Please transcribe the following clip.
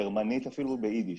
גרמנית ואפילו ביידיש.